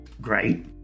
great